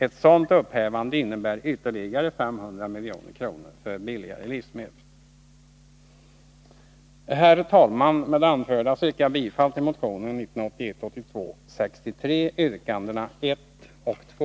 Ett sådant upphävande innebär ytterligare 500 milj.kr. för billigare livsmedel.” Herr talman! Med det nu anförda yrkar jag bifall till motionen 1981/82:63, yrkandena 1 och 2.